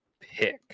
pick